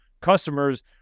customers